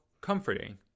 comforting